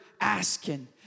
asking